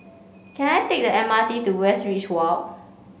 can I take the M R T to Westridge Walk